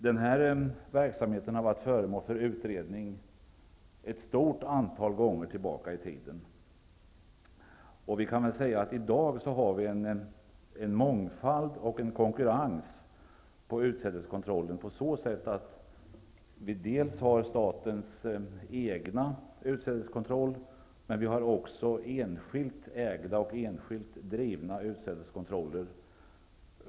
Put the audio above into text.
Den här verksamheten har varit föremål för utredning ett stort antal gånger om man ser tillbaka i tiden. I dag har vi en mångfald och en konkurrens när det gäller utsädeskontrollen genom att vi har dels statens egen utsädeskontroll, dels enskilt ägda och enskilt drivna utsädeskontroller.